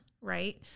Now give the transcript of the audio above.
right